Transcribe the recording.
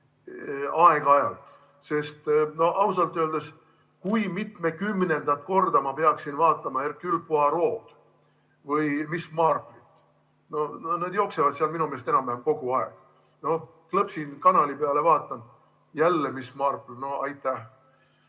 aeg-ajalt, sest ausalt öeldes, kui mitmekümnendat korda ma peaksin vaatama "Hercule Poirot'" või "Miss Marple't"? Nad jooksevad seal minu meelest enam-vähem kogu aeg. Noh, klõpsin kanali peale, vaatan: jälle "Miss Marple". No aitäh!